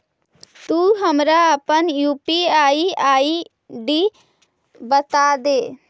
तु हमरा अपन यू.पी.आई आई.डी बतादे